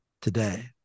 today